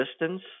distance